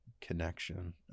connection